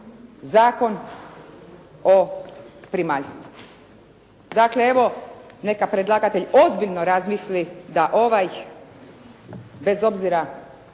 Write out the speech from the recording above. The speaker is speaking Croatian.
Zakon o primaljstvu. Dakle, evo neka predlagatelj ozbiljno razmisli da ovaj, bez obzira